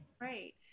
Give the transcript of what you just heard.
right